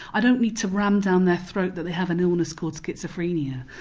i don't need to ram down their throat that they have an illness called schizophrenia.